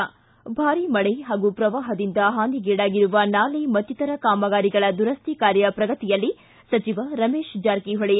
ಿ ಭಾರಿ ಮಳೆ ಹಾಗೂ ಪ್ರವಾಹದಿಂದ ಹಾನಿಗೀಡಾಗಿರುವ ನಾಲೆ ಮತ್ತಿತರ ಕಾಮಗಾರಿಗಳ ದುರಸ್ತಿ ಕಾರ್ಯ ಪ್ರಗತಿಯಲ್ಲಿ ಸಚಿವ ರಮೇಶ್ ಜಾರಕಿಹೊಳಿ